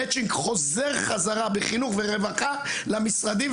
המצ'ינג חוזר חזרה בחינוך ורווחה למשרדים,